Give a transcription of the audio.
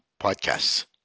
podcasts